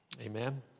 Amen